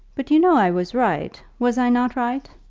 but you know i was right. was i not right?